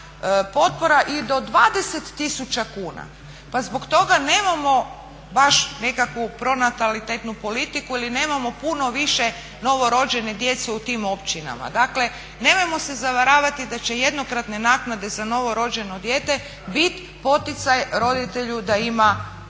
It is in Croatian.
i do 20 000 kuna, pa zbog toga nemamo baš nekakvu pronatalitetnu politiku ili nemamo puno više novorođene djece u tim općinama. Dakle, nemojmo se zavaravati da će jednokratne naknade za novorođeno dijete bit poticaj roditelju da ima još